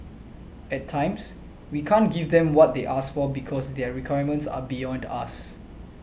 at times we can't give them what they ask for because their requirements are beyond us